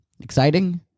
exciting